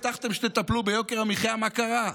הבטחתם שתטפלו ביוקר המחיה, מה קרה?